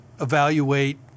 evaluate